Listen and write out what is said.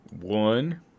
one